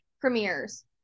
premieres